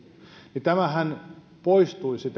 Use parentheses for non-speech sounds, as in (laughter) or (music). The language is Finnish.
niin tämähän poistuisi (unintelligible)